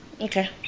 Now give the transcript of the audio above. Okay